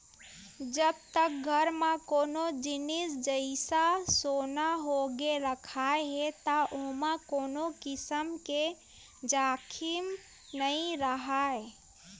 जब तक घर म कोनो जिनिस जइसा सोना होगे रखाय हे त ओमा कोनो किसम के जाखिम नइ राहय